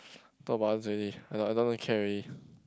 talk about others already I don't I don't really care already